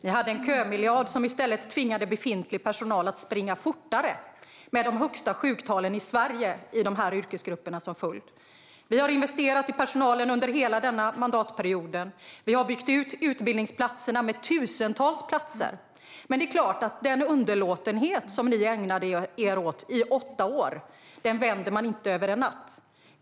Ni hade en kömiljard som i stället tvingade befintlig personal att springa fortare, med de högsta sjuktalen i Sverige i de här yrkesgrupperna som följd. Vi har investerat i personalen under hela den här mandatperioden. Vi har byggt ut antalet utbildningsplatser med tusentals platser. Men det är klart att den underlåtenhet som ni ägnade er åt under åtta år vänder man inte över en natt.